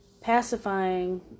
pacifying